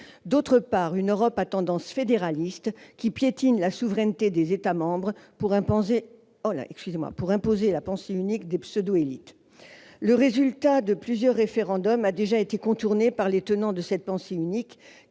d'autre part, une Europe à tendance fédéraliste qui piétine la souveraineté des états membres pour imposer la pensée unique des pseudo-élites. Le résultat de plusieurs référendums a déjà été contourné par les tenants de cette pensée unique,